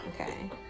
okay